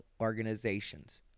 organizations